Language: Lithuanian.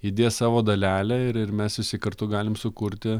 įdės savo dalelę ir ir mes visi kartu galim sukurti